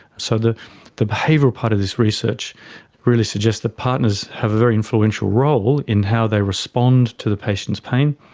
so the the behavioural part of this research really suggests that partners have a very influential role in how they respond to the patient's pain,